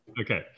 Okay